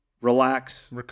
relax